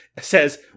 Says